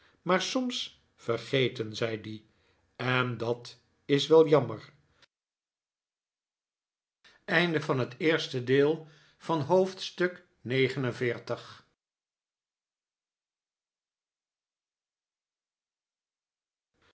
geweten maarsoms vergeten zij die en dat is wel jammer